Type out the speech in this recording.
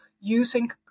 using